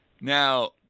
Now